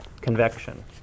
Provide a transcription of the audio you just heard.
convection